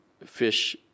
fish